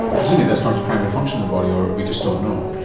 presumably that's not its primary function of the body or we just don't know?